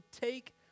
take